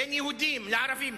בין יהודים לבין ערבים,